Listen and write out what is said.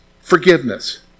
forgiveness